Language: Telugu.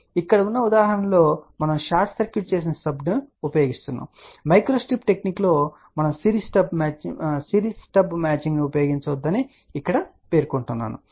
కాబట్టి ఇక్కడ ఉన్న ఉదాహరణలలో మనం షార్ట్ సర్క్యూట్ చేసిన స్టబ్ను ఉపయోగిస్తున్నాము మైక్రోస్ట్రిప్ టెక్నిక్లో మనం సిరీస్ స్టబ్ మ్యాచింగ్ను ఉపయోగించవద్దని ఇక్కడ పేర్కొనాలనుకుంటున్నాను